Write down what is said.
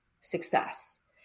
success